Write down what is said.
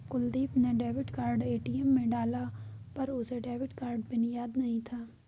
कुलदीप ने debit card ATM में डाला पर उसे डेबिट कार्ड पिन याद नहीं था